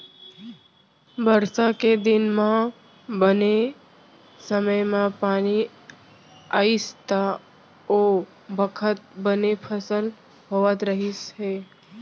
बरसा के दिन म बने समे म पानी आइस त ओ बखत बने फसल होवत रहिस हे